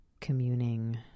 communing